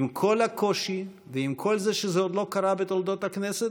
עם כל הקושי ועם כל זה שזה עוד לא קרה בתולדות הכנסת,